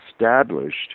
established